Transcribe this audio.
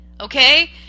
okay